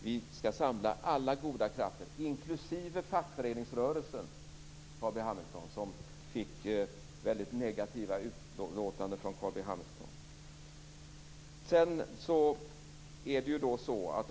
Vi skall samla alla goda krafter, inklusive fackföreningsrörelsen, som fick mycket negativa utlåtanden från Carl B Hamilton.